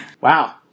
Wow